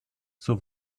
zur